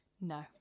No